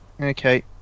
okay